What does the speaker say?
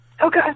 okay